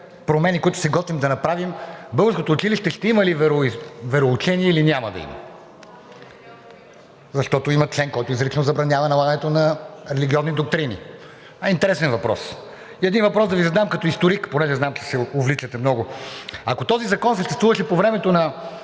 промени, които се готвим да направим, в българското училище ще има ли вероучение, или няма да има? Защото има член, който изрично забранява налагането на религиозни доктрини. Интересен въпрос. И един въпрос да Ви задам като историк – понеже знам, че се увличате много: ако този закон съществуваше по времето на